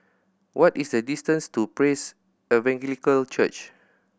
what is the distance to Praise Evangelical Church